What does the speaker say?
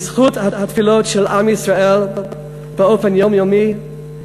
בזכות התפילות של עם ישראל באופן יומיומי,